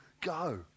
go